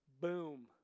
boom